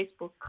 Facebook